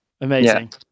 Amazing